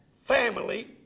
family